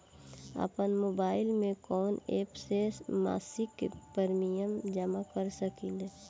आपनमोबाइल में कवन एप से मासिक प्रिमियम जमा कर सकिले?